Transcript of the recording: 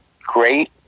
great